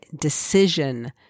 decision